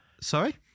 Sorry